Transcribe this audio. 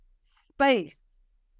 space